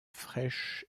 fraîche